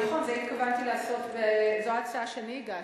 נכון, את זה התכוונתי לעשות, זו ההצעה שהגשתי.